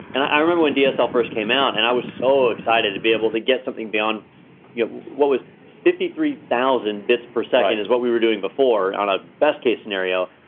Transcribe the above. and i remember when dsl first came out and i was so excited to be able to get something beyond yeah, what was fifty three thousand bits per second is what we were doing before, on a best case scenario.